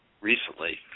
recently